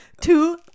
Two